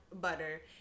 butter